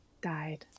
died